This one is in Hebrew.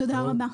תודה רבה.